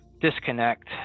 disconnect